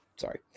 sorry